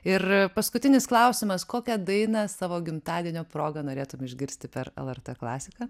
ir paskutinis klausimas kokią dainą savo gimtadienio proga norėtum išgirsti per lrt klasiką